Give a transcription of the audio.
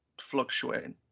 fluctuating